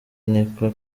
niko